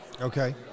okay